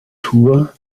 tour